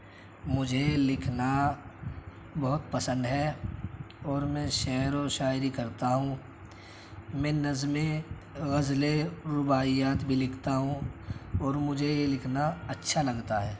مجھے لکھنا بہت پسند ہے اور میں شعر و شاعری کرتا ہوں میں نظمیں غزلیں رباعیات بھی لکھتا ہوں اور مجھے یہ لکھنا اچھا لگتا ہے